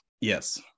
Yes